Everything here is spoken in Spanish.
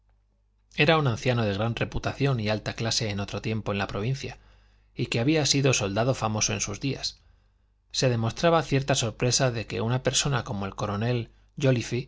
era un anciano de gran reputación y alta clase en otro tiempo en la provincia y que había sido soldado famoso en sus días se demostraba cierta sorpresa de que una persona como el coronel